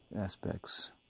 aspects